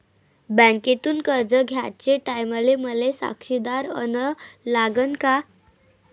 बँकेतून कर्ज घ्याचे टायमाले मले साक्षीदार अन लागन का?